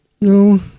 No